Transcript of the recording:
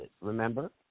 remember